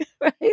right